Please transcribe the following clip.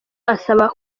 asaba